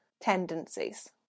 tendencies